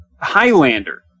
Highlander